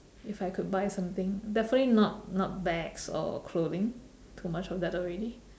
if I could buy something definitely not not bags or clothing too much of that already